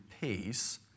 peace